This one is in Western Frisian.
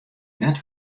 net